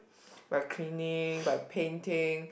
by cleaning by painting